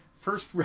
first